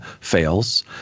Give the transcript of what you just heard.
fails